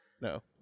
No